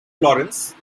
florence